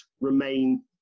remain